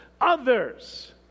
others